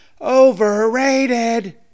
overrated